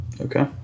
Okay